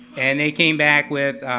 and they came back with,